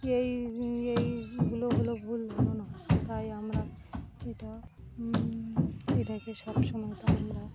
এই এইগুলো হলো ভুল ধারণা তাই আমরা এটা এটাকে সব সমময় তো আমরা